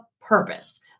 purpose